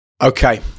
Okay